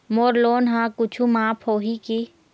मोर loan हा कुछू माफ होही की?